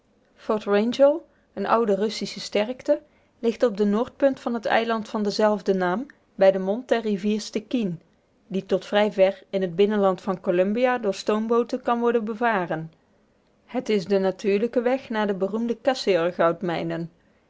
wrangell een oude russische sterkte ligt op de noordpunt van het eiland van denzelfden naam bij den mond der rivier stikeen die tot vrij ver in het binnenland van columbia door stoombooten kan worden bevaren het is de natuurlijke weg naar de beroemde